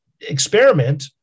experiment